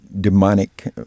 demonic